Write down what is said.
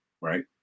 Right